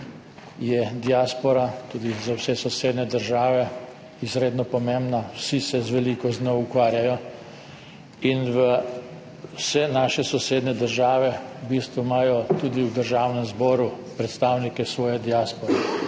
je diaspora tudi za vse sosednje države izredno pomembna, vsi se veliko z njo ukvarjajo. Vse naše sosednje države imajo v bistvu tudi v državnem zboru predstavnike svoje diaspore,